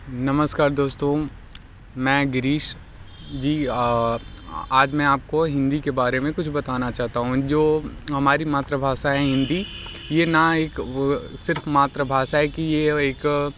नमस्कार दोस्तों मैं गिरीश जी आज मैं आपको हिंदी के बारे में कुछ बताना चाहता हूँ जो हमारी मातृभाषा है हिंदी ये ना एक वो सिर्फ़ मातृभाषा है कि ये एक